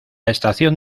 estación